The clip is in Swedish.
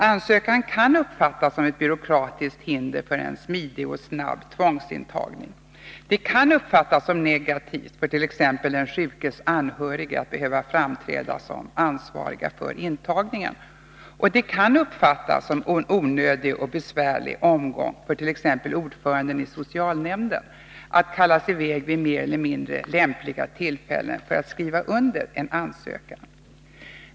Ansökan kan uppfattas som ett byråkratiskt hinder för en smidig och snabb tvångsintagning, det kan uppfattas som negativt för t.ex. den sjukes anhöriga att behöva framträda som ansvariga för intagningen. Och det kan uppfattas som en onödig och besvärlig omgång för t.ex. ordföranden i socialnämnden att kallas i väg vid mer eller mindre lämpliga tillfällen för att skriva under en ansökan.